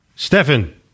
Stefan